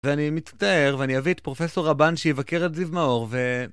ואני מצטער, ואני אביא את פרופסור רבן שיבקר את זיו מאור, ו...